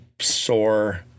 sore